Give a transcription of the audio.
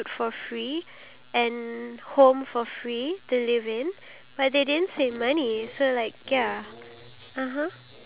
but I honestly feel like we have to work for even our basic survival needs